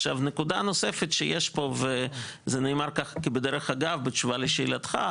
נקודה נוספת שיש פה וזה נאמר ככה כבדרך אגב בתשובה לשאלתך,